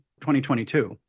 2022